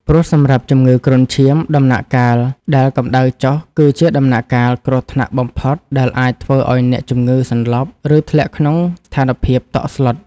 ព្រោះសម្រាប់ជំងឺគ្រុនឈាម ដំណាក់កាលដែលកម្ដៅចុះគឺជាដំណាក់កាលគ្រោះថ្នាក់បំផុតដែលអាចធ្វើឱ្យអ្នកជំងឺសន្លប់ ឬធ្លាក់ក្នុងស្ថានភាពតក់ស្លុត។